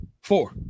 four